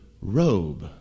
robe